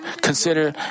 consider